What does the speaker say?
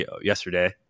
yesterday